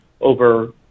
over